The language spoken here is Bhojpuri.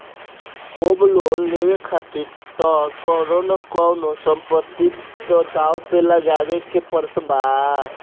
होम लोन लेवे खातिर तअ कवनो न कवनो संपत्ति तअ दाव पे लगावे के पड़त बा